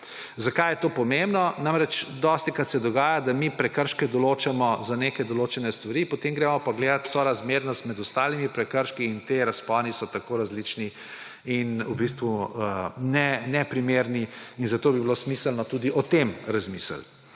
Zakaj je to pomembno? Dostikrat se dogaja, da mi prekrške določamo za neke določene stvari, potem gremo pa gledat sorazmernost med ostalimi prekrški. Ti razponi so tako različni in neprimerni, zato bi bilo smiselno tudi o tem razmisliti.